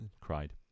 cried